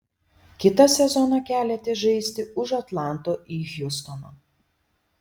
kitą sezoną keliatės žaisti už atlanto į hjustoną